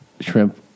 shrimp